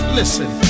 listen